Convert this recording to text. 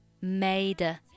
made